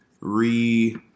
re